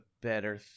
better